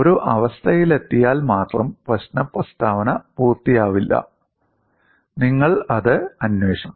ഒരു അവസ്ഥയിലെത്തിയാൽ മാത്രം പ്രശ്ന പ്രസ്താവന പൂർത്തിയായില്ല നിങ്ങൾ അത് അന്വേഷിക്കണം